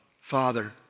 Father